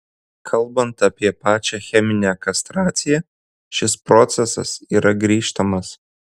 kalbant apie pačią cheminę kastraciją šis procesas yra grįžtamas